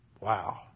Wow